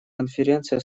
конференция